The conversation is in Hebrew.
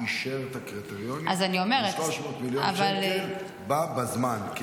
אישר את הקריטריונים, 300 מיליון שקל בא בזמן.